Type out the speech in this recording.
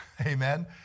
amen